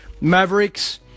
Mavericks